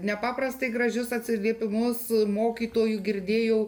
nepaprastai gražius atsiliepimus mokytojų girdėjau